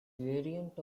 variant